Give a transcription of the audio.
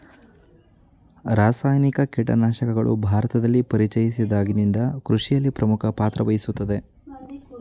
ರಾಸಾಯನಿಕ ಕೀಟನಾಶಕಗಳು ಭಾರತದಲ್ಲಿ ಪರಿಚಯಿಸಿದಾಗಿನಿಂದ ಕೃಷಿಯಲ್ಲಿ ಪ್ರಮುಖ ಪಾತ್ರ ವಹಿಸಿವೆ